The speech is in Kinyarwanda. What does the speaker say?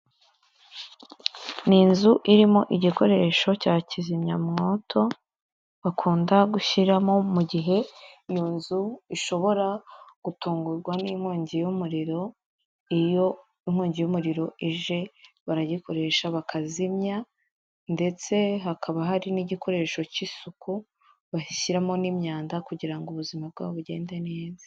Ni inzu irimo igikoresho cya kizimyamwoto bakunda gushyiramo mu gihe iyo nzu ishobora gutungurwa n'inkongi y'umuriro iyo inkongi y'umuriro ije baragikoresha bakazimya ndetse hakaba hari n'igikoresho cy'isuku bashyiramo n' imyanda kugira ngo ubuzima bwabo bugende neza.